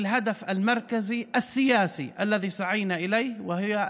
השאלה המרכזית בכל פעולה פוליטית: מה אנחנו עושים?